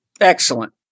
Excellent